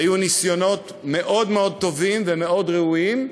היו ניסיונות מאוד מאוד טובים ומאוד ראויים,